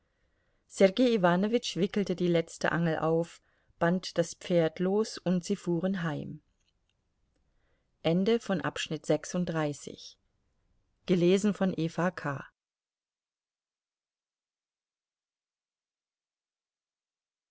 sergei iwanowitsch wickelte die letzte angel auf band das pferd los und sie fuhren heim